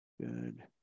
Good